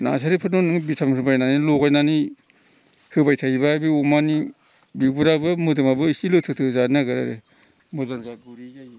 रासायनिक भिटामिनफोर बायनानै लगायनानै होबाय थायोब्ला बे अमानि बिगुराबो मोदोमाबो एसे लोथो थो एसे जानो नागेरो आरो मोजां जाया